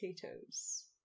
potatoes